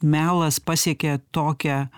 melas pasiekė tokią